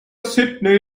sydney